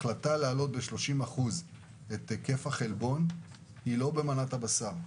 החלטה לעלות ב-30% את היקף החלבון היא לא במנת הבשר,